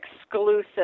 exclusive